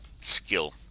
skill